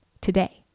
today